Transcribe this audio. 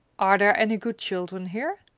are there any good children here?